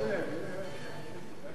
להגיע למקום.